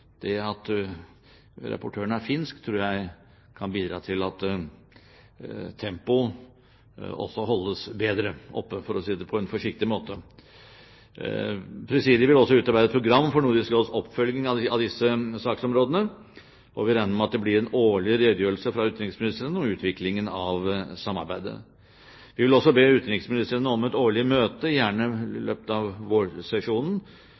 At rapportøren er finsk, tror jeg kan bidra til at tempoet også holdes bedre oppe – for å si det på en forsiktig måte. Presidiet vil også utarbeide et program for Nordisk Råds oppfølging av disse saksområdene, og vi regner med at det blir en årlig redegjørelse fra utenriksministrene om utviklingen av samarbeidet. Vi vil også be utenriksministrene om et årlig møte med representanter for presidiet, gjerne i løpet av vårsesjonen,